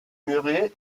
murée